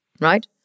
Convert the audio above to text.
right